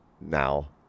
now